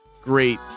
great